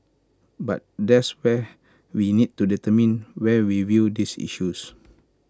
but that's where we need to determine where we view these issues